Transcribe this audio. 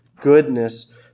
goodness